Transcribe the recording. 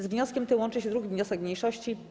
Z wnioskiem tym łączy się 2. wniosek mniejszości.